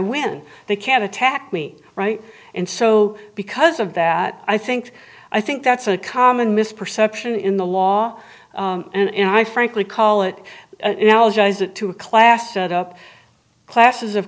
win they can't attack me right and so because of that i think i think that's a common misperception in the law and i frankly call it to a class set up classes of